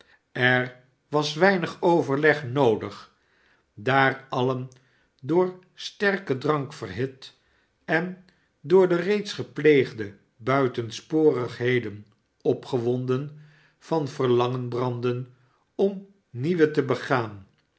er was weinig overleg noodig daar alien door sterken drank verhit en door de reeds gepleegde buitensporigheden opgewonden van verlangen brandden om nieuwe te begaan